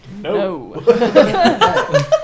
No